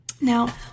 Now